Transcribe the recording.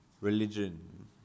religion